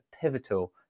pivotal